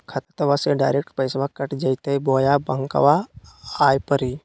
खाताबा से डायरेक्ट पैसबा कट जयते बोया बंकबा आए परी?